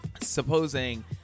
supposing